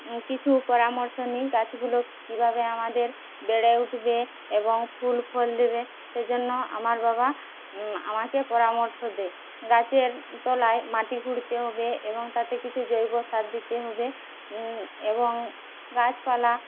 কিছু পরামর্শ নিই গাছগুলো কীভাবে আমাদের বেড়ে উঠবে এবং ফুল ফল দেবে সেজন্য আমার বাবা আমাকে পরামর্শ দেয় গাছের তলায় মাটি খুঁড়তে হবে এবং তাতে কিছু জৈব সার দিতে হবে এবং গাছপালা